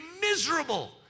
miserable